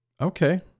okay